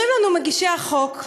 ההפך,